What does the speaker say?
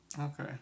okay